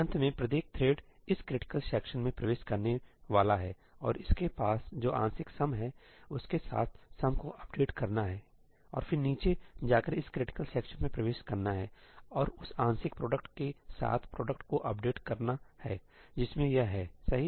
अंत में प्रत्येक थ्रेड इस क्रिटिकल सेक्शन में प्रवेश करने वाला है और इसके पास जो आंशिक सम है उसके साथ समको अपडेट करना है सही और फिर नीचे जाकर इस क्रिटिकल सेक्शन में प्रवेश करना है और उस आंशिक प्रोडक्ट के साथ प्रोडक्ट को अपडेट करना है जिसमें यह है सही